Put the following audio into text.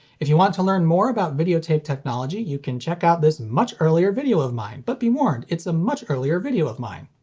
if you want to learn more about video tape technology, you can check out this much earlier video of mine, but be warned, it's a much earlier video of mine.